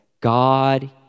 God